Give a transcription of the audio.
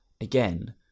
again